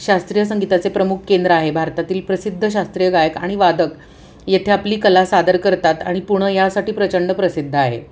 शास्त्रीय संगीताचे प्रमुख केंद्र आहे भारतातील प्रसिद्ध शास्त्रीय गायक आणि वादक येथे आपली कला सादर करतात आणि पुणं यासाठी प्रचंड प्रसिद्ध आहे